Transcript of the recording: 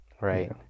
Right